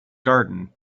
garden